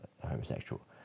homosexual